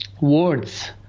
words